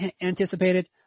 anticipated